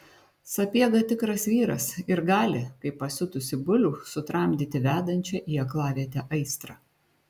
sapiega tikras vyras ir gali kaip pasiutusį bulių sutramdyti vedančią į aklavietę aistrą